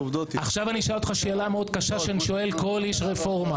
עכשיו אני אשאל אותך שאלה מאוד קשה שאני שואל כל איש רפורמה.